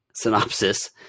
Synopsis